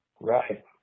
right